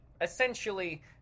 essentially